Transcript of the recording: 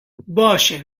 باشه